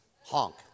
honk